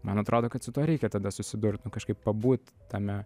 man atrodo kad su tuo reikia tada susidurt nu kažkaip pabūt tame